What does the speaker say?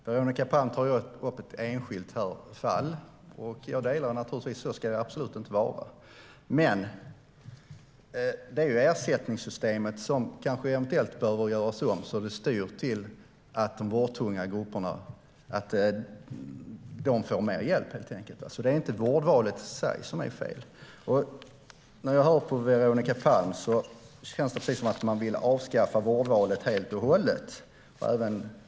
Herr talman! Veronica Palm tar upp ett enskilt fall. Jag delar hennes uppfattning: Så ska det absolut inte vara. Det är dock inte vårdvalet i sig som är fel, utan det är ersättningssystemet som eventuellt behöver göras om så att det styr mot att de vårdtunga grupperna får mer hjälp. När jag lyssnar på Veronica Palm känns det precis som om de rödgröna vill avskaffa vårdvalet helt och hållet.